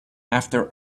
after